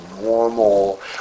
normal